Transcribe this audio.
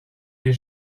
les